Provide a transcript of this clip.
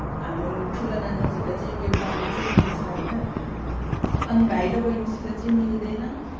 हाम्रो ठुलो नानासित चाहिँ मेरो बानी चाहिँ मिल्छ होइन अनि भाइ र बहिनीसित चाहिँ मिल्दैन